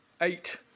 eight